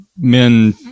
men